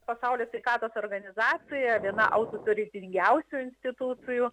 pasaulio sveikatos organizacija viena auto turi pingiausių institucijų